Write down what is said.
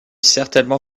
certainement